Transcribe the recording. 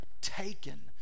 Taken